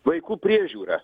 vaikų priežiūra